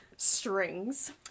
strings